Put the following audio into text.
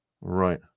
Right